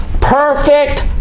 perfect